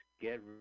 get